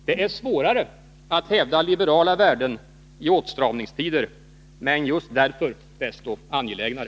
Det är svårare att hävda liberala värden i åtstramningstider, men just därför desto angelägnare.